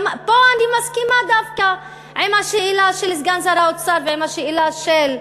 פה אני מסכימה דווקא עם השאלה של סגן שר האוצר ועם השאלה של הממשלה: